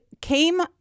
came